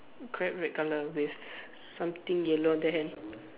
crab red color with something yellow on the hand